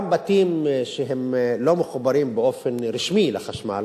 גם בתים שלא מחוברים באופן רשמי לחשמל